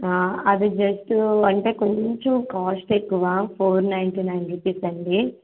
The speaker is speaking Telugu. అది జస్టు అంటే కొంచెం కాస్ట్ ఎక్కువ ఫోర్ నైంటీ నైన్ రూపీస్ అండి